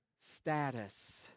status